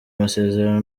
amasezerano